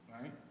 right